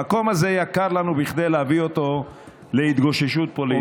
המקום הזה יקר לנו מכדי להביא אותו להתגוששות פוליטית.